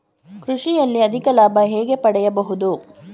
ಕೃಷಿಯಲ್ಲಿ ಅಧಿಕ ಲಾಭ ಹೇಗೆ ಪಡೆಯಬಹುದು?